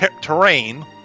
terrain